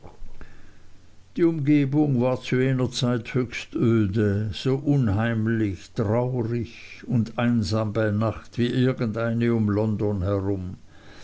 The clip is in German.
die umgebung war zu jener zeit höchst öde so unheimlich traurig und einsam bei nacht wie irgendeine um london herum